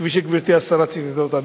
כפי שגברתי השרה ציטטה אותם.